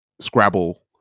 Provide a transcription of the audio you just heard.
scrabble